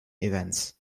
events